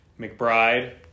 McBride